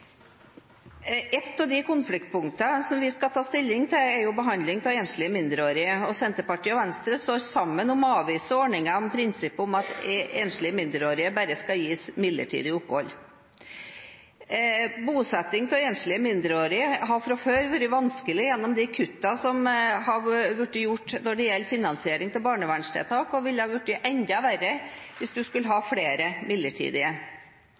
av de konfliktpunktene som vi skal ta stilling til, er behandlingen av enslige mindreårige, og Senterpartiet og Venstre står sammen om å avvise ordningen med prinsippet om at enslige mindreårige bare skal gis midlertidig opphold. Bosetting av enslige mindreårige har fra før vært vanskelig grunnet de kuttene som er gjort i finansieringen av barnevernstiltak, og det ville ha blitt enda verre hvis vi hadde hatt flere midlertidige.